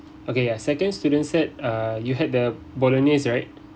okay ya second students set uh you had the bolognese right